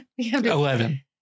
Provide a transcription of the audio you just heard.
Eleven